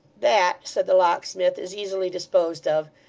that, said the locksmith, is easily disposed of,